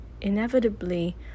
inevitably